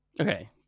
Okay